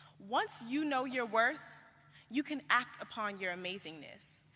once you know your worth you can act upon your amazingness.